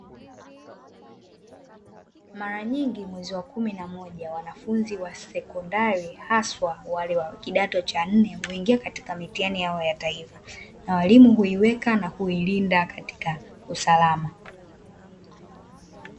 Mara nyingi mwezi wa kumi na moja wanafunzi wa sekondari hasa wa kidato cha nne, huingia kwenye mtihani yao ya taifa na walimu huiweka na kuilinda katika usalama.